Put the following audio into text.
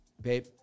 Babe